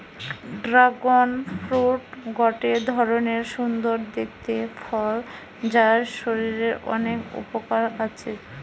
dragon fruit গটে ধরণের সুন্দর দেখতে ফল যার শরীরের অনেক উপকার আছে